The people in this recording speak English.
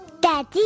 Daddy